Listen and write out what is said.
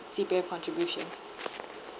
C_P_F contribution